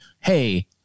hey